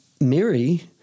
Mary